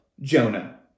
Jonah